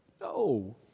No